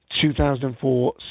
2004